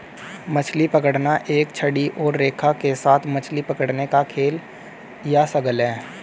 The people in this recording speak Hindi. मछली पकड़ना एक छड़ी और रेखा के साथ मछली पकड़ने का खेल या शगल है